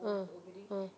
ah ah